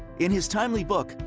in his timely book,